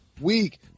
week